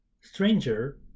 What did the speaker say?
stranger